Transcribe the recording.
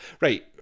Right